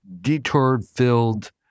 detour-filled